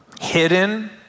hidden